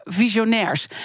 visionairs